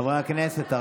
חברי הכנסת,